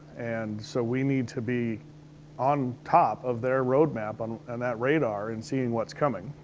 and so we need to be on top of their roadmap on. and that radar in seeing what's coming.